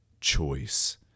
choice